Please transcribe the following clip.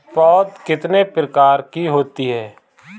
पौध कितने प्रकार की होती हैं?